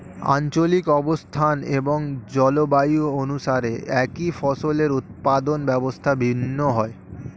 আঞ্চলিক অবস্থান এবং জলবায়ু অনুসারে একই ফসলের উৎপাদন ব্যবস্থা ভিন্ন হয়